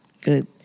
good